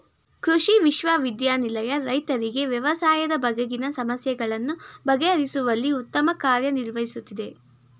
ಕೃಷಿ ವಿಶ್ವವಿದ್ಯಾನಿಲಯ ರೈತರಿಗೆ ವ್ಯವಸಾಯದ ಬಗೆಗಿನ ಸಮಸ್ಯೆಗಳನ್ನು ಬಗೆಹರಿಸುವಲ್ಲಿ ಉತ್ತಮ ಕಾರ್ಯ ನಿರ್ವಹಿಸುತ್ತಿದೆ